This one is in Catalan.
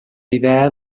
idea